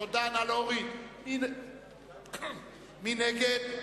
מי נגד?